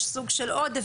יש סוג של עודף,